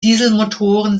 dieselmotoren